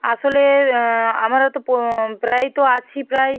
আসলে আমরা তো প্রায় তো আছি প্রায়